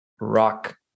rock